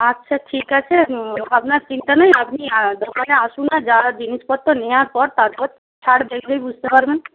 আচ্ছা ঠিক আছে আপনার চিন্তা নেই আপনি দোকানে আসুন না যা জিনিসপত্র নেওয়ার পর তারপর ছাড় দেখলেই বুঝতে পারবেন